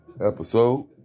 episode